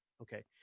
Okay